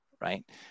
right